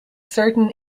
certain